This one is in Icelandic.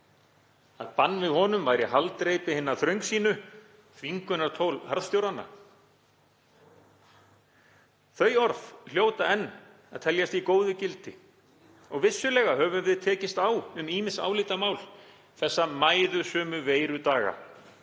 að bann við honum væri haldreipi hinna þröngsýnu, þvingunartól harðstjóranna. Þau orð hljóta enn að teljast í góðu gildi og vissulega höfum við tekist á um ýmis álitamál þessa mæðusömu veirudaga.